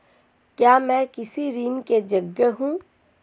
क्या मैं कृषि ऋण के योग्य हूँ?